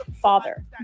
father